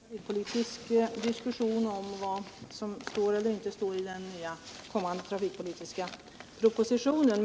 Herr talman! Vi skall väl inte ta upp en trafikpolitisk diskussion om vad som står eller inte står i den kommande trafikpolitiska propositionen.